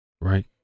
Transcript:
right